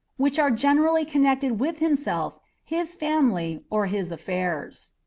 which are generally connected with himself, his family, or his affairs.